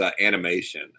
animation